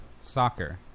Soccer